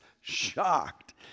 shocked